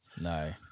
no